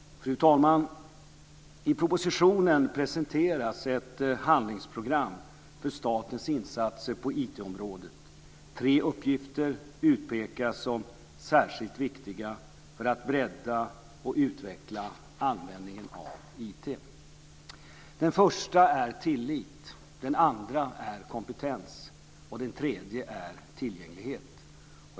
Fru talman! I propositionen presenteras ett handlingsprogram för statens insatser på IT-området. Tre uppgifter utpekas som särskilt viktiga för att bredda och utveckla användningen av IT. Den första är tillit, den andra är kompetens och den tredje är tillgänglighet.